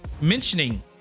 mentioning